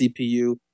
CPU